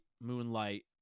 moonlight